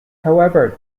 however